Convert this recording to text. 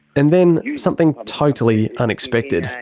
and then, something totally unexpected.